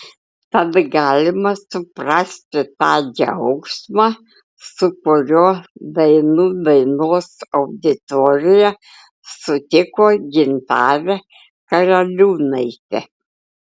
tad galima suprasti tą džiaugsmą su kuriuo dainų dainos auditorija sutiko gintarę karaliūnaitę